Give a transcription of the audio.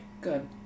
good